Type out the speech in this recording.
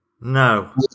No